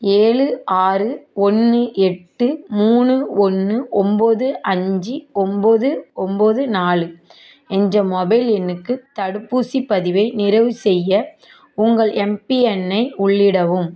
ஏழு ஆறு ஒன்று எட்டு மூணு ஒன்று ஒன்போது அஞ்சு ஒன்போது ஒன்போது நாலு என்ற மொபைல் எண்ணுக்கு தடுப்பூசிப் பதிவை நிறைவு செய்ய உங்கள் எம்பிஎன்னை உள்ளிடவும்